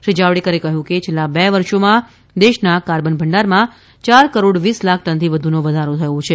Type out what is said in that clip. શ્રી જાવડેકરે કહ્યું છે કે છેલ્લા બે વર્ષોમાં દેશના કાર્બન ભંડારમાં ચાર કરોડ વીસ લાખ ટનથી વધુનો વધારો થયો છે